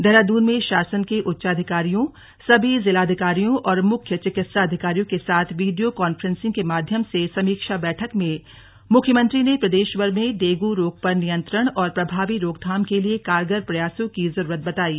देहरादून में शासन के उच्चाधिकारियों सभी जिलाधिकारियों और मुख्य चिकित्सा अधिकारियों के साथ वीडियो कॉन्फ्रेंसिंग के माध्यम से समीक्षा बैठक में मुख्यमंत्री ने प्रदेश में डेंगू रोग पर नियंत्रण और प्रभावी रोकथाम के लिये कारगर प्रयासों की जरूरत बतायी